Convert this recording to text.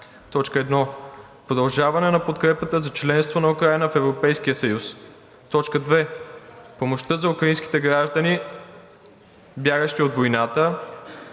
1. Продължаване на подкрепата за членство на Украйна в Европейския съюз. 2. Помощта за украинските граждани, бягащи от войната.